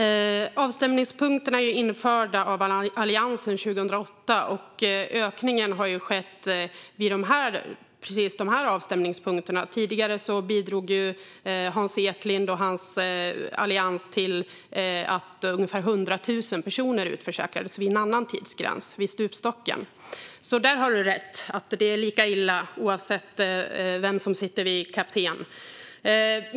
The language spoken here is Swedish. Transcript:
Fru talman! Avstämningspunkterna infördes av Alliansen 2008, och ökningen har skett vid precis dessa avstämningspunkter. Tidigare bidrog Hans Eklind och hans allians till att ungefär 100 000 personer utförsäkrades vid en annan tidsgräns: stupstocken. Hans Eklind har rätt i att det är lika illa oavsett vem som sitter som kapten.